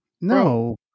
No